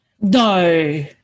No